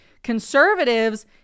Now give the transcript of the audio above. conservatives